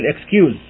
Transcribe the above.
excuse